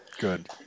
good